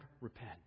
repent